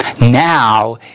now